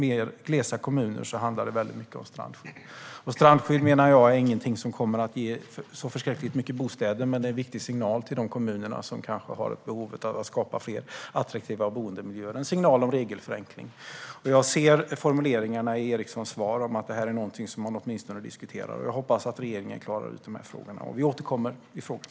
Jag menar att när det gäller frågan om strandskyddet är det inte någonting som kommer att ge så många bostäder. Men det är en viktig signal till de kommuner som kanske har behov av att skapa fler attraktiva boendemiljöer, en signal om regelförenkling. Jag ser i formuleringarna i Peter Erikssons svar att detta är någonting som man åtminstone diskuterar. Jag hoppas att regeringen klarar ut dessa frågor, och vi återkommer i frågan.